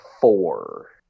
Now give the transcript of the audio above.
four